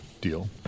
deal